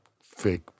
fake